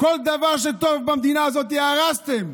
כל דבר שטוב במדינה הזאת הרסתם.